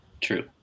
True